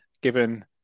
given